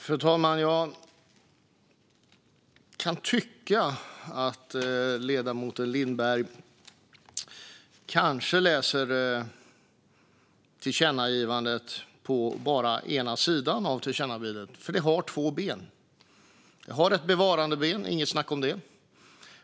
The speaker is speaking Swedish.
Fru talman! Jag kan tycka att ledamoten Lindberg kanske bara läser tillkännagivandets ena sida. Det har nämligen två ben. Det har ett bevarandeben - inget snack om det.